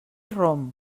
rom